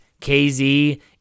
KZ